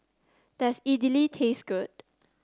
does Idili taste good